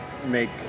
make